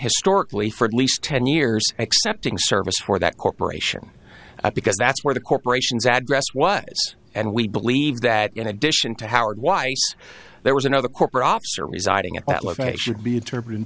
historically for at least ten years excepting service for that corporation because that's where the corporations address was and we believe that in addition to howard weiss there was another corporate officer residing at that should be interpreted